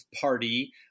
party